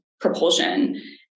propulsion